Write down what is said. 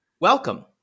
welcome